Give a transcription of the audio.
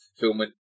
fulfillment